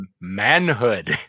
Manhood